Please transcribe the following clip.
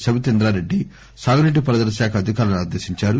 సబితా ఇంద్రారెడ్డి సాగునీటి పారుదల శాఖ అధికారులను ఆదేశించారు